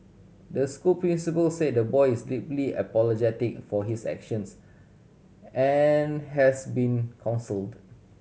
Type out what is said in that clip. the school principal said the boy is deeply apologetic for his actions and has been counselled